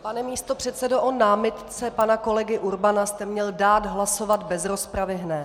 Pane místopředsedo, o námitce pana kolegy Urbana jste měl dát hlasovat bez rozpravy hned.